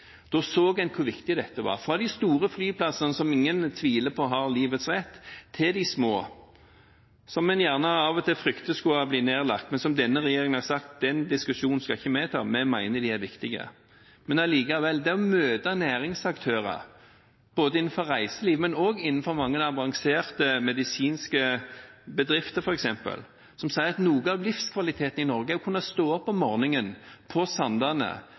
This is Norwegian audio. Da så vi hvor viktig dette var – fra de store flyplassene som ingen tviler på at har livets rett, til de små, som en av og til fryktet skulle bli nedlagt. Det er en diskusjon som denne regjeringen har sagt at vi ikke skal ta, vi mener de er viktige. En møter næringsaktører innenfor reiseliv og f.eks. innenfor mange avanserte medisinske bedrifter som sier at noe av livskvaliteten i Norge er å kunne stå opp om morgenen – på Sandane